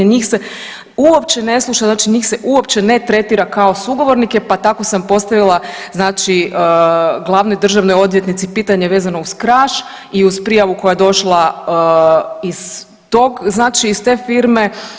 Njih se uopće ne sluša, znači njih se uopće ne tretira kao sugovornike pa tako sam postavila znači glavnoj državnoj odvjetnici pitanje vezano uz Kraš i uz prijavu koja je došla iz tog, znači iz te firme.